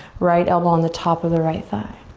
right elbow on the top of the right thigh.